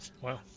Wow